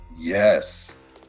yes